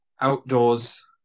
outdoors